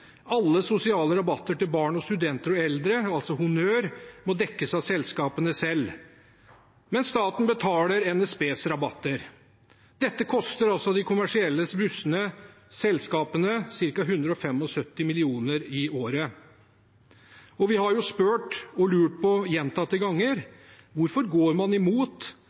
Alle sosiale rabatter til barn, studenter og eldre, altså honnør, må dekkes av selskapene selv, mens staten betaler NSBs rabatter. Dette koster de kommersielle bussene – selskapene – ca. 175 mill. kr i året. Vi har lurt på og spurt gjentatte ganger: Hvorfor går man imot